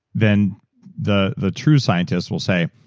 then the the true scientists will say,